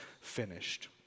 finished